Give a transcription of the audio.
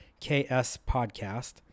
kspodcast